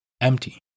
empty